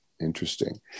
Interesting